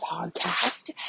podcast